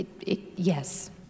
Yes